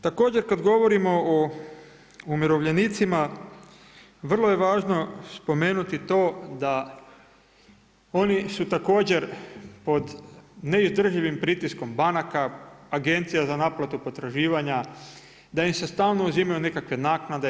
Također kad govorimo o umirovljenicima, vrlo je važno spomenuti to da oni su također pod neizdrživim pritiskom banaka, agencija za naplatu potraživanja, da im se stalno uzimaju nekakve naknade.